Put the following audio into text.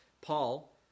Paul